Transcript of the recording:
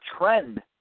trend